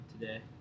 today